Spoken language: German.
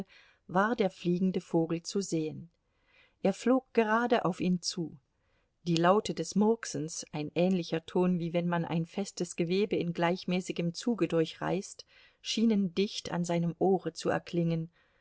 war der fliegende vogel zu sehen er flog gerade auf ihn zu die laute des murksens ein ähnlicher ton wie wenn man ein festes gewebe in gleichmäßigem zuge durchreißt schienen dicht an seinem ohre zu erklingen